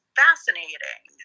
fascinating